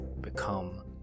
become